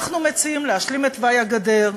אנחנו מציעים להשלים את תוואי הגדר,